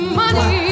money